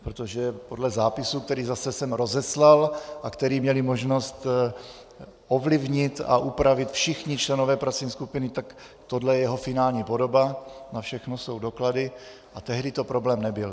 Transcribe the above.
Protože podle zápisu, který zase jsem rozeslal a který měli možnost ovlivnit a upravit všichni členové pracovní skupiny, tohle je jeho finální podoba, na všechno jsou doklady, a tehdy to problém nebyl.